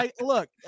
look